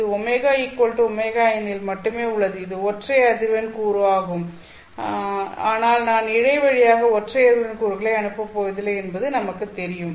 அது ωωn இல் மட்டுமே உள்ளது இது ஒற்றை அதிர்வெண் கூறு ஆகும் ஆனால் நாம் இழை வழியாக ஒற்றை அதிர்வெண் கூறுகளை அனுப்பப் போவதில்லை என்பது நமக்குத் தெரியும்